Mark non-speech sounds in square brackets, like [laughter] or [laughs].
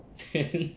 [laughs] then